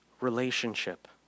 relationship